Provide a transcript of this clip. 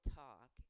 talk